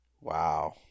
Wow